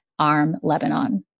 armlebanon